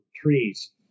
trees